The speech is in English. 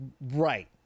right